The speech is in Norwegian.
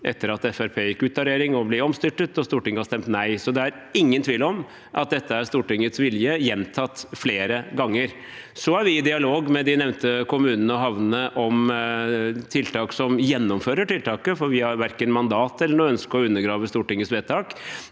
gikk ut av regjering, men Stortinget har stemt nei. Så det er ingen tvil om at dette er Stortingets vilje gjentatt flere ganger. Vi er i dialog med de nevnte kommunene og havnene om tiltak for å gjennomføre det, for vi har verken mandat til eller noe ønske om å undergrave Stortingets vedtak.